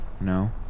no